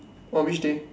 on which day